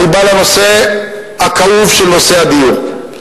אני בא לנושא הכאוב של דיור.